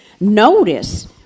notice